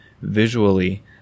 visually